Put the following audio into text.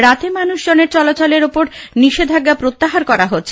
রাতে মানুষজনের চলাচলের তাঁর নিষেধাজ্ঞা প্রত্যাহার করা হচ্ছে